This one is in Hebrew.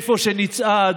איפה שנצעד,